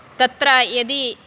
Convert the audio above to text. तत्र यदि